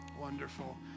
Wonderful